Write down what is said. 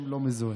אתה לא זוכר?